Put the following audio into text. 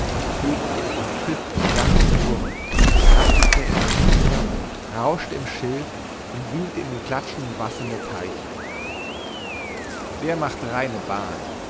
fegte und pfiff um dach und turm rasselte in den schiefern rauschte im schilf und wühlte in den klatschenden wassern der teiche der macht reine bahn